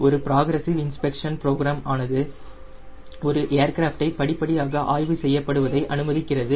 ஒரு progressive inspection programme ஆனது ஒரு ஏர்கிராஃப்ட் படிப்படியாக ஆய்வு செய்யப்படுவதை அனுமதிக்கிறது